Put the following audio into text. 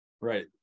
Right